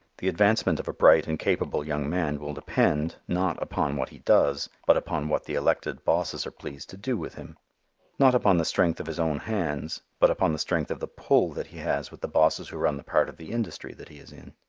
the advancement of a bright and capable young man will depend, not upon what he does, but upon what the elected bosses are pleased to do with him not upon the strength of his own hands, but upon the strength of the pull that he has with the bosses who run the part of the industry that he is in.